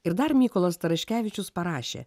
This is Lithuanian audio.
ir dar mykolas taraškevičius parašė